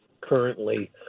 currently